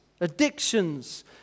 addictions